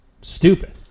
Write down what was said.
stupid